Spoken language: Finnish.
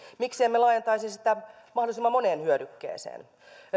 miksi emme laajentaisi sitä mahdollisimman moneen hyödykkeeseen